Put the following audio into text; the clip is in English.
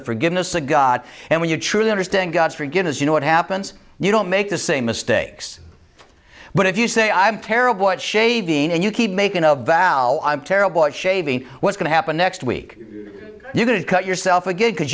the forgiveness of god and when you truly understand god's forgiveness you know what happens you don't make the same mistakes but if you say i'm terrible at shaving and you keep making of value i'm terrible at shaving what's going to happen next week you're going to cut yourself again because